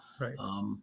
right